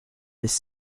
this